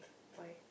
why